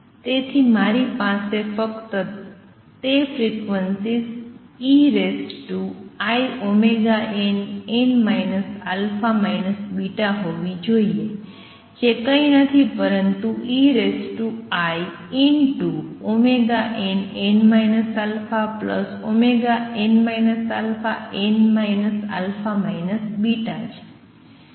તેથી મારી પાસે ફક્ત તે ફ્રીક્વન્સીઝ einn α β હોવી જોઈએ જે કંઈ નથી પરંતુ einn αn αn α β છે